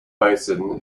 basin